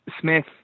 Smith